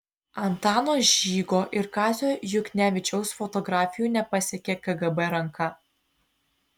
antano žygo ir kazio juknevičiaus fotografijų nepasiekė kgb ranka